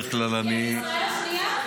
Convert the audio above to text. כי אני ישראל השנייה?